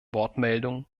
wortmeldungen